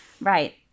Right